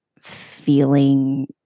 feeling